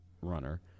runner